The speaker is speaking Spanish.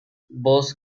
voz